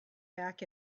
back